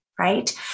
Right